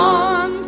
on